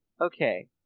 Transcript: okay